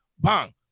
Bang